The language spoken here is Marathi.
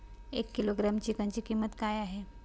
एक किलोग्रॅम चिकनची किंमत काय आहे?